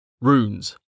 runes